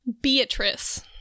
Beatrice